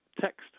text